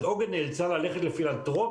אז "עוגן" נאלצה ללכת לפילנטרופיים,